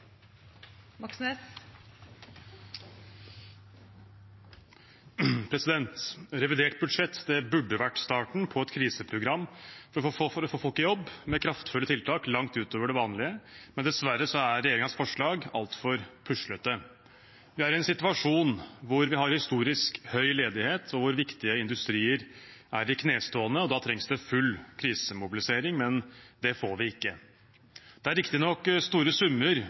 Revidert budsjett burde vært starten på et kriseprogram for å få folk i jobb, med kraftfulle tiltak langt utover det vanlige, men dessverre er regjeringens forslag altfor puslete. Vi er i en situasjon hvor vi har historisk høy ledighet, og hvor viktige industrier er i knestående. Da trengs det full krisemobilisering, men det får vi ikke. Det er riktignok store summer